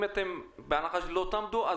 בהנחה שלא תעמדו,